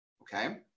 Okay